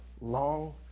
long